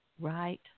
right